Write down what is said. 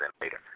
later